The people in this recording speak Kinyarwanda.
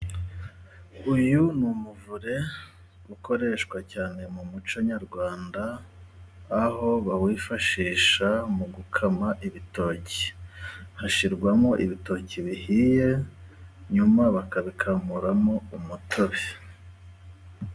uyu ni umuvure ukoreshwa cyane mu muco nyarwanda, aho bawifashisha mu gukama ibitoki hashyirwamo ibitoki bihiye, nyuma bakabikamuramo umutobe.